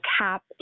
cap